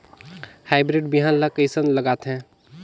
Hybrid बिहान ला कइसन लगाथे?